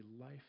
life